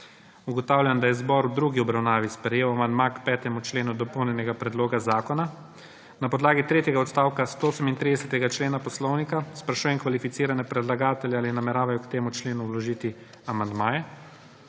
Ugotavljam, da je zbor v drugi obravnavi sprejel amandma k 5. členu dopolnjenega predloga zakona. Na podlagi tretjega odstavka 138. člena Poslovnika Državnega zbora sprašujem kvalificirane predlagatelje, ali nameravajo k temu členu vložiti amandmaje.